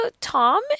Tom